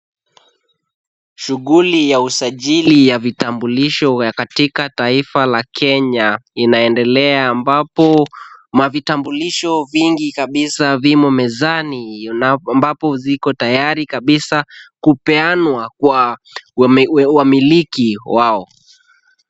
Shughuli ya usajili ya vitambuisho katika taifa la Kenya inaendelea, ambapo mavitambulisho vingi kabisa vimo mezani ambapo ziko tayari kabisa kupeanwa kwa wamiliki wao.